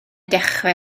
dechrau